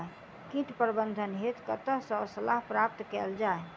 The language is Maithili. कीट प्रबंधन हेतु कतह सऽ सलाह प्राप्त कैल जाय?